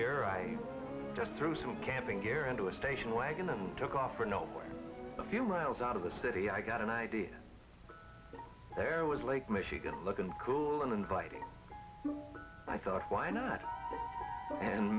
here just threw some camping gear into a station wagon took off or not a few miles out of the city i got an idea there was lake michigan looking cool and inviting i thought why not man